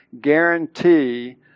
guarantee